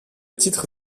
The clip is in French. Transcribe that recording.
titre